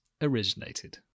originated